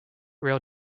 rail